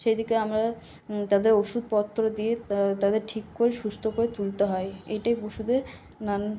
সেদিকে আমরা তাদের ওষুধপত্র দিয়ে তাদের ঠিক করে সুস্থ করে তুলতে হয় এটাই পশুদের নান